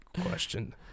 question